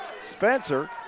Spencer